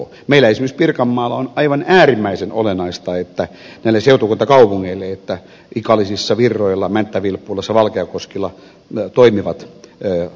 meillä esimerkiksi pirkanmaalla on aivan äärimmäisen olennaista näille seutukuntakaupungeille että ikaalisissa virroilla mänttä vilppulassa ja valkeakoskella toimivat ammattikorkeakoulut